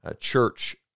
church